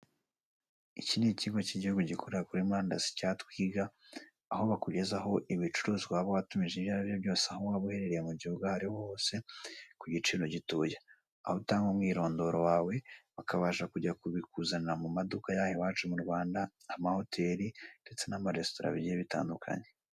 Iki ni ikigo cy'igihugu gikorera kuri murandasi cya Twiga, aho bakugeza ho ibicuruzwa waba watumije, ibyo aribyo byose, aho waba uherereye mu gihugu aho ariho hose, ku giciro gitoya, aho utanga umwirindoro wawe bakabasha kujya kubikuzanira mu maduka yaha i wacu mu Rwanda, amahoteri, ndetse n'amaresitora bigiye bitandukanye.